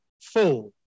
full